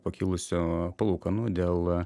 pakilusio palūkanų dėl